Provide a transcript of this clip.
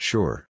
Sure